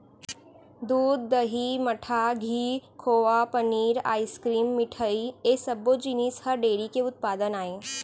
दूद, दही, मठा, घींव, खोवा, पनीर, आइसकिरिम, मिठई ए सब्बो जिनिस ह डेयरी के उत्पादन आय